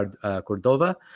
Cordova